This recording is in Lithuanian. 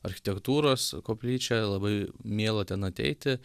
architektūros koplyčia labai miela ten ateiti